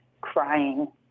crying